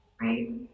right